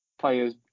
players